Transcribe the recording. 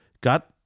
got